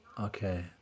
okay